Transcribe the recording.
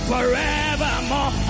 Forevermore